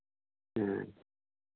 ᱦᱮᱸ